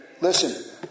listen